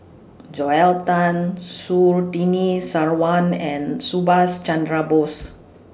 Joel Tan Surtini Sarwan and Subhas Chandra Bose